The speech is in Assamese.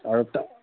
আৰু